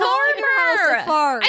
farmer